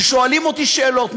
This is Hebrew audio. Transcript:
ששואלים אותי שאלות,